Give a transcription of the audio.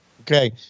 Okay